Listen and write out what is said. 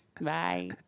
Bye